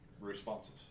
responses